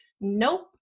nope